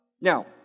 Now